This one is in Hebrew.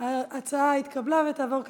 אני מפעילה הצבעה.